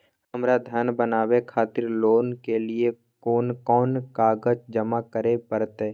हमरा धर बनावे खातिर लोन के लिए कोन कौन कागज जमा करे परतै?